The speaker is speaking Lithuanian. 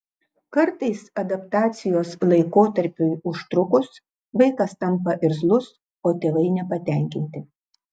kartais adaptacijos laikotarpiui užtrukus vaikas tampa irzlus o tėvai nepatenkinti